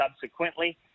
subsequently